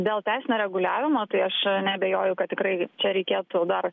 dėl teisinio reguliavimo tai aš neabejoju kad tikrai čia reikėtų dar